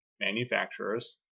manufacturers